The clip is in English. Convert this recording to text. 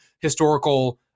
historical